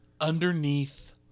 underneath